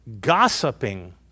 gossiping